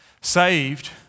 Saved